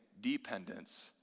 dependence